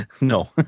No